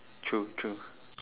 true true